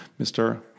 Mr